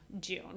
june